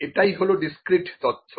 এটাই হলো ডিসক্রিট তথ্য